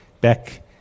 back